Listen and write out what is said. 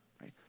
right